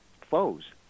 foes